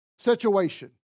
situation